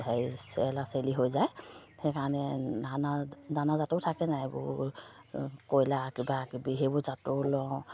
হেৰি চেলা চেলি হৈ যায় সেইকাৰণে নানা নানা জাতৰ থাকে নাই এইবোৰ কয়লা কিবা কিবি সেইবোৰ জাতৰ লওঁ